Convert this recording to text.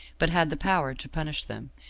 but had the power to punish them,